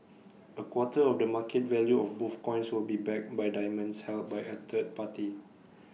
A quarter of the market value of both coins will be backed by diamonds held by A third party